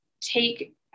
take